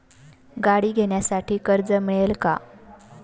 गाडी घेण्यासाठी कर्ज मिळेल का?